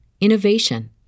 innovation